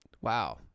Wow